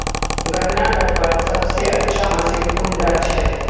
गन्ना कटवार सबसे अच्छा मशीन कुन डा छे?